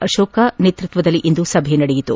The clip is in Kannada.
ಅಶೋಏ ನೇತೃತ್ವದಲ್ಲಿಂದು ಸಭೆ ನಡೆಯಿತು